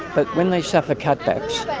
but when they suffer cutbacks,